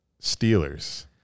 Steelers